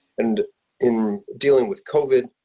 and in dealing with covid,